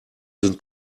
sind